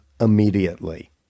immediately